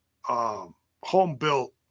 home-built